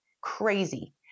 crazy